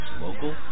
local